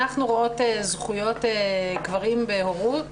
אנחנו רואות זכויות גברים בהורות,